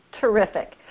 Terrific